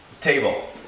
table